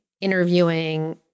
interviewing